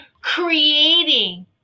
creating